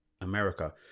America